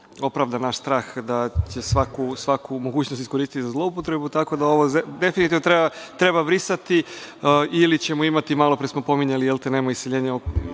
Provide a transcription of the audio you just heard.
opravdan naš strah da će svaku mogućnost iskoristiti za zloupotrebu. Tako da, ovo definitivno treba brisati ili ćemo imati, malopre smo pominjali, nema iseljenja oko